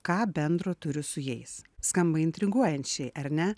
ką bendro turiu su jais skamba intriguojančiai ar ne